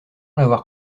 l’avoir